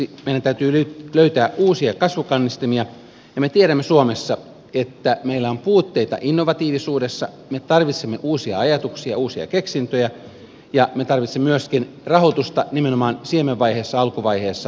meidän täytyy löytää uusia kasvukannustimia ja me tiedämme suomessa että meillä on puutteita innovatiivisuudessa me tarvitsemme uusia ajatuksia uusia keksintöjä ja me tarvitsemme myöskin rahoitusta nimenomaan siemenvaiheessa alkuvaiheessa